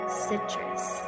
citrus